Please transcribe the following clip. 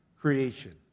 creation